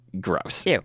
gross